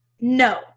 No